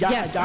Yes